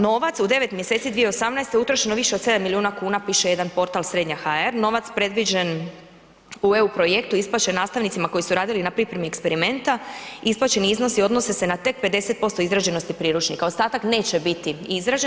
Novac u 9 mjeseci 2018. utrošeno više od 7 milijuna kuna piše jedan portal Srednja HR, novac predviđen u EU projektu isplaćen nastavnicima koji su radili na pripremi eksperimenta, isplaćeni iznosi odnose se na tek 50% izrađenosti priručnika ostatak neće biti izrađen.